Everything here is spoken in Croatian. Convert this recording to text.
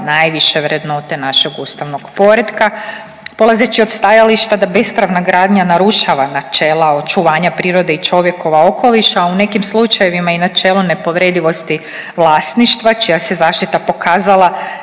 najviše vrednote našeg ustavnog poretka. Polazeći od stajališta da bespravna gradnja narušava načela očuvanja prirode i čovjekova okoliša u nekim slučajevima i načelo nepovredivosti vlasništva čija se zaštita pokazala